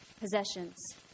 possessions